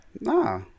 Nah